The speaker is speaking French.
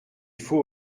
faut